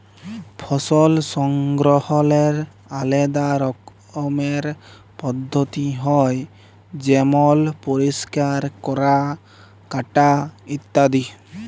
ফসল সংগ্রহলের আলেদা রকমের পদ্ধতি হ্যয় যেমল পরিষ্কার ক্যরা, কাটা ইত্যাদি